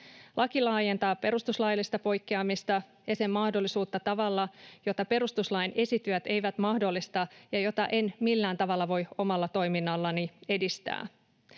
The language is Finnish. Laki laajentaa perustuslaillista poikkeamista ja sen mahdollisuutta tavalla, jota perustuslain esityöt eivät mahdollista ja jota en millään tavalla voi omalla toiminnallani edistää.